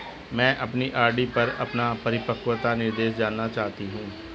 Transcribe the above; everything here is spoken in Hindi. मैं अपनी आर.डी पर अपना परिपक्वता निर्देश जानना चाहती हूँ